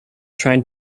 trying